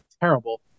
terrible